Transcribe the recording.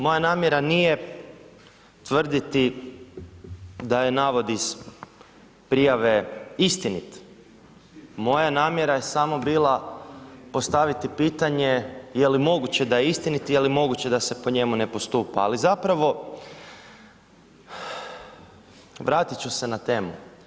Moja namjera nije tvrditi da je navod iz prijave istinit, moja namjera je samo bila postaviti pitanje je li moguće da je istinit i je li moguće da se po njemu ne postupa, ali zapravo vratit ću se na temu.